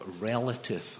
relative